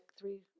three